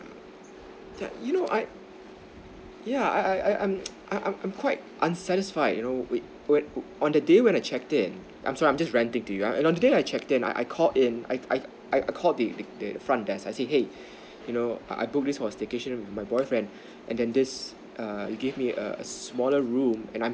that you know I yeah I I'm I'm I'm quite unsatisfied you know with with on the day when I checked in I'm sorry I'm just ranting to you on the day I checked in I I called in I've I've I've called the the the front desk I say hey you know I I booked this whole staycation with my boyfriend and then this err you give a smaller room and I'm